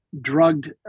drugged